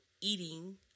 eating